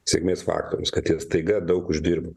sėkmės faktorius kad jie staiga daug uždirba